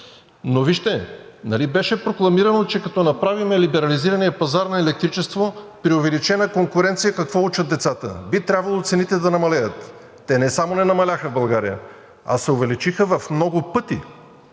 Но вижте – нали беше прокламирано, че като направим либерализирания пазар на електричество при увеличена конкуренция, какво учат децата – би трябвало цените да намалеят? Те не само не намаляха в България, а се увеличиха в много пъти.